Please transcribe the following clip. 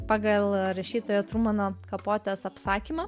pagal rašytojo trumano kapotės apsakymą